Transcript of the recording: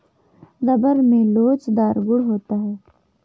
rubber में लोचदार गुण होता है